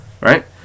right